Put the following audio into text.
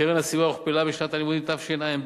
קרן הסיוע הוכפלה בשנת הלימודים תשע"ב.